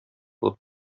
алып